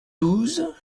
douze